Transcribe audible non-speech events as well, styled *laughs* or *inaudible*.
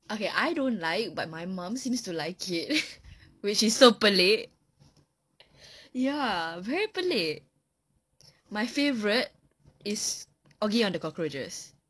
okay I don't like but my mum seems to like it *laughs* which is so pelik ya very pelik my favourite is oggy and the cockroaches